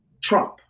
Trump